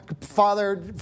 Father